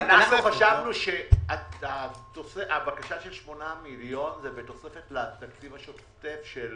חשבנו שהבקשה של 8 מיליון שקל זה בתוספת לתקציב השוטף של